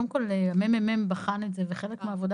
קודם כל הממ"מ בחן את זה ובחלק מהעבודה